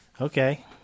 Okay